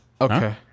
Okay